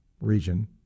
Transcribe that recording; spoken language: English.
region